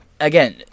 Again